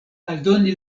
aldoni